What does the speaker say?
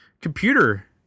computer